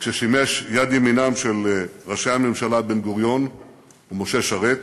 כששימש יד ימינם של ראשי הממשלה בן-גוריון ומשה שרת,